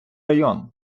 район